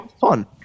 fun